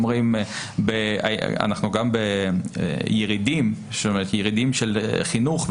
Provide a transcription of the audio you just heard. גם בירידים של חינוך,